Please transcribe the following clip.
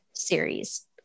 series